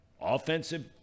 offensive